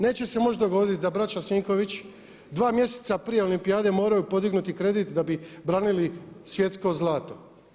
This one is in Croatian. Neće se moći dogoditi da braća Sinković dva mjeseca prije olimpijade moraju podignuti kredit da bi branili svjetsko zlato.